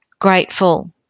grateful